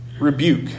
Rebuke